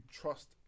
trust